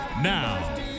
Now